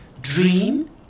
dream